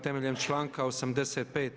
Temeljem članka 85.